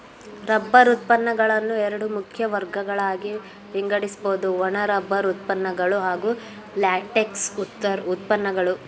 rubber ಉತ್ಪನ್ನಗಳನ್ನು ಎರಡು ಮುಖ್ಯ ವರ್ಗಗಳಾಗಿ ವಿಂಗಡಿಸ್ಬೋದು ಒಣ ರಬ್ಬರ್ ಉತ್ಪನ್ನಗಳು ಹಾಗೂ ಲ್ಯಾಟೆಕ್ಸ್ ಉತ್ಪನ್ನಗಳು